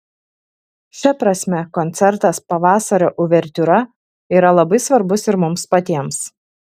šia prasme koncertas pavasario uvertiūra yra labai svarbus ir mums patiems